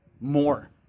more